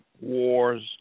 wars